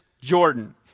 Jordan